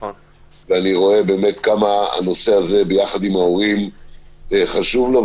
ואני רואה באמת כמה הנושא הזה ביחד עם ההורים חשוב לו.